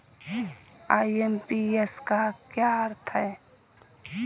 IMPS का क्या अर्थ है?